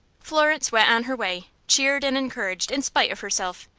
florence went on her way, cheered and encouraged in spite of herself